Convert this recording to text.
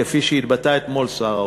כפי שהתבטא אתמול שר האוצר.